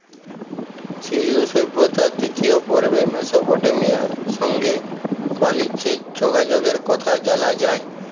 সিল্ধু সভ্যতার দিতিয় পর্বে মেসপটেমিয়ার সংগে বালিজ্যের যগাযগের কথা জালা যায়